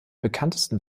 bekanntesten